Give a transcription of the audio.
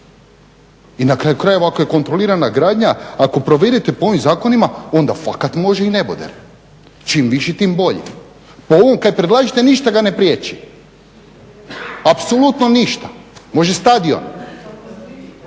I na kraju krajeva ako je kontrolirana gradnja, ako provedete po ovim zakonima onda fakat može i neboder čim viši tim bolji. Po ovom kaj predlažete ništa ga ne priječi, apsolutno ništa, može stadion.